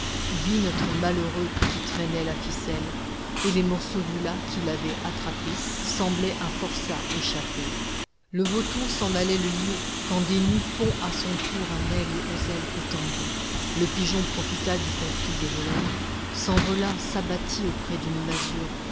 vit notre malheureux qui traînant la ficelle et les morceaux du lacs qui l'avait attrapé semblait un forçat échappé le vautour s'en allait le lier quand des nues fond à son tour un aigle aux ailes étendues le pigeon profita du conflit des voleurs s'envola s'abattit auprès d'une masure